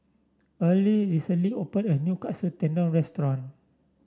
earle recently opened a new Katsu Tendon Restaurant